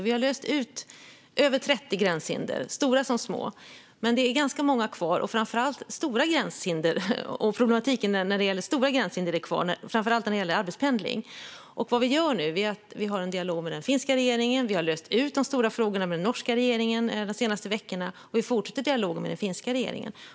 Vi har undanröjt över 30 gränshinder, stora som små, men det är ganska många kvar. Framför allt är problematiken när det gäller stora gränshinder kvar, särskilt när det gäller arbetspendling. Vad vi gör nu är att föra dialog med den finska regeringen. Vi har rett ut de stora frågorna med den norska regeringen de senaste veckorna, och vi fortsätter dialogen med den finska regeringen.